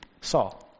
Saul